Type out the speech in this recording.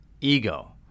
ego